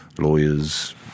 lawyers